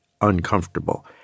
uncomfortable